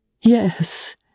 Yes